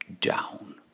down